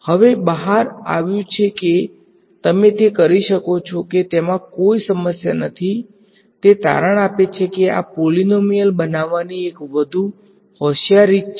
હવે બહાર આવ્યું છે કે તમે તે કરી શકો છો કે તેમાં કોઈ સમસ્યા નથી તે તારણ આપે છે કે આ પોલીનોમીયલ બનાવવાની એક વધુ હોંશિયાર રીત છે અને તે લેગ્રેન્જ નામના પ્રખ્યાત વૈજ્ઞાનિકના નામ પરથી છે